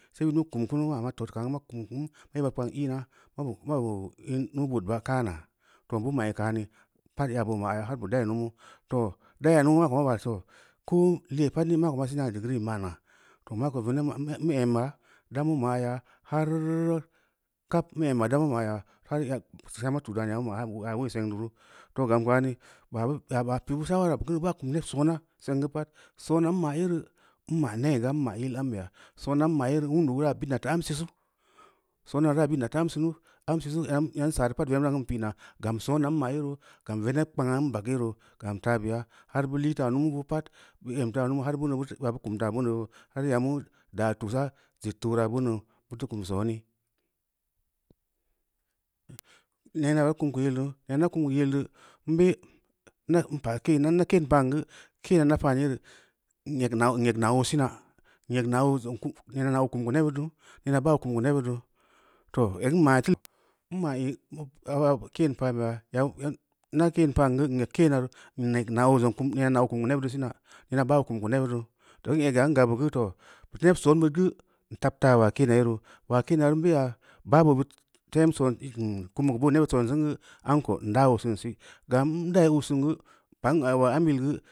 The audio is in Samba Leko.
See bid mu kum kunu mu mu ba to kaam ma kum kunu neba kpang i’na ma bu in nuu-bood ba’ kama to, bu moyi kani pad yabo maya har bu dayi numu. To da yaan mumu maako maa ban to koo lee pad mako ma sina degree ma’na. to mako veneb ma’ neu emma da mu ma’a yaa harr kub mu emma da mu maya har ya ya ma fu dan yaa yeui sengneu ru, too, gam kaani, yaa ba pi’ bu shaulara geu baa kum neb soona seng geu pad soona n ma’yereu, n ma’ neega n ma yil ambeya, soona n ma yere ulundura bidn na fa am sisu, soona da bidn na am sinu, am sisu ina na sarareu pad buran kan pona gam soona n ma’ yeroo, gam veneb kpangna n bag yeno, gam tabiya har bu lii taa namuu bu pad bu em taa numu har yabu kum taa bonoo, har yamu daa tusa zed toora beaneuo butu kum sooni neena i teu kum keu yillo, yana kum yilleu nbe n pa’ keena na keen pa’n geu keena na pa’n yere, n nyeg nao, n nyeg na’o sina n nyeg na’o zong kum, nyeg na’o kum keu nebbid duu, neen baaoo kum geu nebbid duu to egn ma, n ma’i bob iba keen pa’n beya yan n na keen pa’n jeu n eg keena re n eg na’o zong kum neena na’o kum geu nebbid sina neen baa oo kum geu nebbid duu, too n egga n gabbu geu too keen soon hid geu, n tab taa ulaa keena year ulaa keena reu n beuya baaba bid tem son hmm, kum bu boo nebbid sinsin geu amko n daa co sim si, gam n dayi oosin geu, ba’n auulai am yil geu